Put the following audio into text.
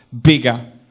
bigger